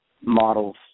models